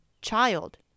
child